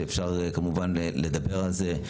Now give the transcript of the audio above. ואפשר כמובן לדבר על זה.